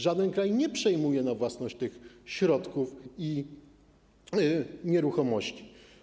Żaden kraj nie przejmuje na własność tych środków i nieruchomości.